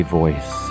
voice